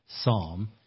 psalm